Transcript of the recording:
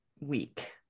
week